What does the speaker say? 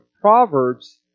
Proverbs